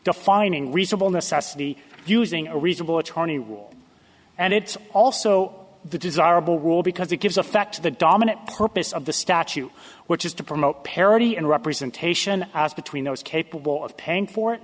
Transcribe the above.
defining reasonable necessity use a reasonable attorney rule and it's also the desirable rule because it gives effect to the dominant purpose of the statute which is to promote parity and representation between those capable of paying for it